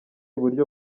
buryo